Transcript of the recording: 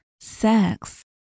sex